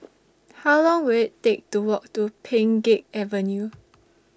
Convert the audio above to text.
How Long Will IT Take to Walk to Pheng Geck Avenue